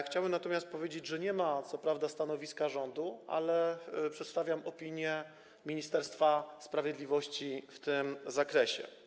Chciałbym natomiast powiedzieć, że co prawda nie ma stanowiska rządu, ale przedstawiam opinię Ministerstwa Sprawiedliwości w tym zakresie.